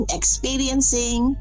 experiencing